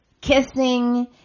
kissing